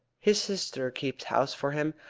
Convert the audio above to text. his sister keeps house for him,